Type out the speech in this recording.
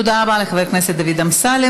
תודה רבה לחבר הכנסת דוד אמסלם.